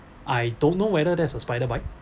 I don't know whether there's a spider bite